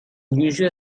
unusual